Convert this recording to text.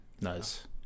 Nice